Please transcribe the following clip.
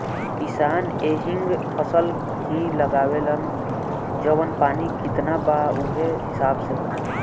किसान एहींग फसल ही लगावेलन जवन पानी कितना बा उहे हिसाब से होला